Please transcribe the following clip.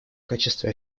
качестве